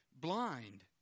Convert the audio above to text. blind